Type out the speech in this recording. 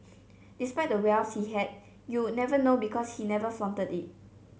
despite the wealth he had you would never know because he never flaunted it